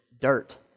dirt